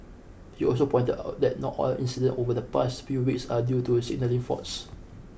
he also pointed out that not all incidents over the past few weeks are due to signalling faults